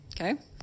okay